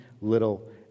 little